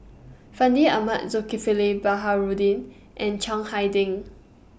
Fandi Ahmad Zulkifli Baharudin and Chiang Hai Ding